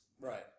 Right